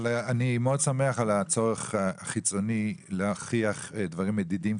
אני מאוד שמח על הצורך החיצוני להוכיח דברים מדידים,